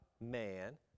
man